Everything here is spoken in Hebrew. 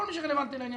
כל מי שלרלבנטי לעניין.